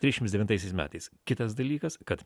trisdešimts devintaisiais metais kitas dalykas kad